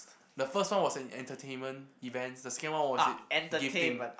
the first one was in entertainment events the second one was in